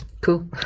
Cool